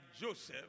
Joseph